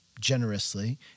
generously